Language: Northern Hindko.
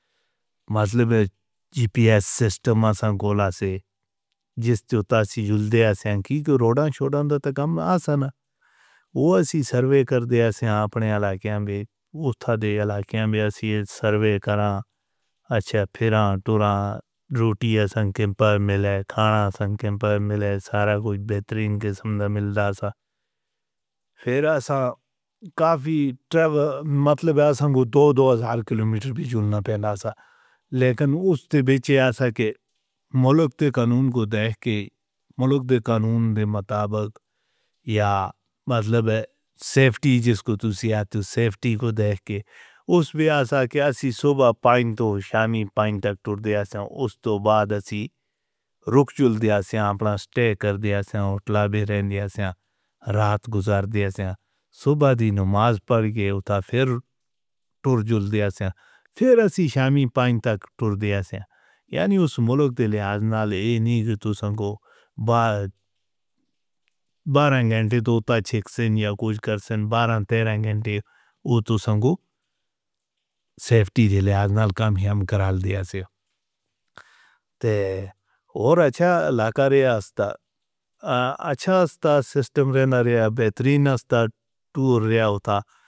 مطلب ہے جی پی ایس سسٹم سنگولہ سے جسکا سیجولتا سینٹی چورو نہ چھوڑا تو تماشا نہ وہی سرورے کر دیا سے اپنے علاقے میں اُٹھا دے یا لائیک اے ہے سرورے کرا تیرا پورا روٹیشن کیمرے ملا تھا۔ سنگم پہ ملے سارا کچھ بہترین کے سندر مل رہا تھا۔ پھر ایسا کافی ٹائم مطلب ہے۔ شمبھو تو کلومیٹر پیچھے نہ پہننا تھا لیکن اُس سے بھی زیادہ کے قانون کو دیکھ کے مُدّے قانون دے ماتا ورت یا مطلب ہے سیفٹی جسکو تُلسیا تو سیفٹی کو دیکھ کر اُس بیاس تو اُس ٹائم ہی پوائنٹ توڑ دیا تھا۔ اُس کے بعد سے رُک جلدی آ سے عام راستے کر دیا سے ہونٹ لالی رے نیاسیا رات گزار دیے تھے۔ صبح کی نماز پڑھ کے آتا پھر تو جلدی آ جا۔ بانڈک پور دَیا سے سیفٹی ریلے آج ناگ کنیا میں کرار دیا سے تو اور اچھا لگتا تو لیا ہوتا۔